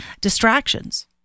distractions